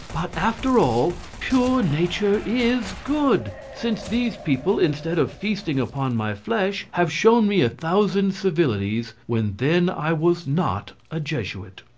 but, after all, pure nature is good, since these people, instead of feasting upon my flesh, have shown me a thousand civilities, when then i was not a jesuit.